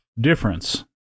difference